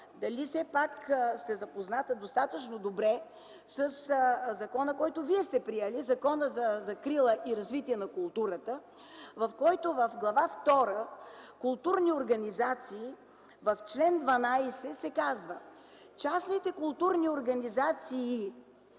дали все пак сте запозната достатъчно добре със закон, който Вие сте приели – Закона за закрила и развитие на културата, в който в Глава втора „Културни организации”, в чл. 12 се казва: „Частните културни организации